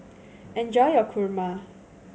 enjoy your kurma